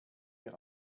wir